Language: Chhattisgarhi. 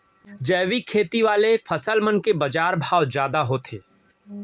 जैविक खेती वाले फसल मन के बाजार भाव जादा होथे